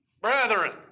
Brethren